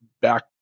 back